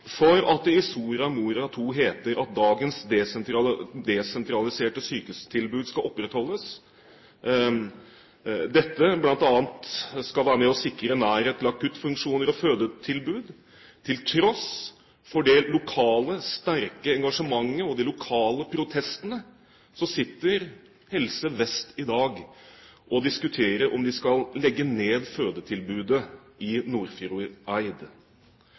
for at det i Soria Moria II heter at dagens desentraliserte sykehustilbud skal opprettholdes – dette skal bl.a. være med på å sikre nærhet til akuttfunksjoner og fødetilbud – og til tross for det sterke lokale engasjementet og de lokale protestene sitter Helse Vest i dag og diskuterer om de skal legge ned fødetilbudet i